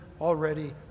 already